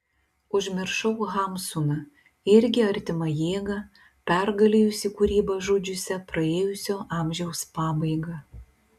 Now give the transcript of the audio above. užmiršau hamsuną irgi artimą jėgą pergalėjusį kūrybą žudžiusią praėjusio amžiaus pabaigą